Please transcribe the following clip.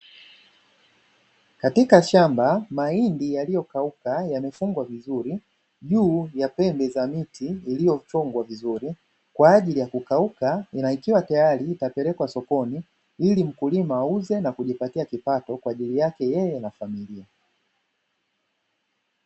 Katika shamba mahindi yaliyokauka yamefungwa vizuri juu ya pembe za miti iliyochongwa vizuri, kwa ajili ya kukauka na ikiwa tayari itapelekwa sokoni ili mkulima auze na kujipatia kipato kwa ajili yake yeye na familia.